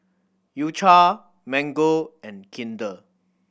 U Cha Mango and Kinder